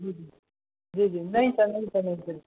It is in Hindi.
जी जी जी जी नहीं सर नहीं सर नहीं सर